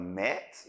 met